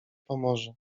pomoże